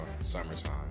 summertime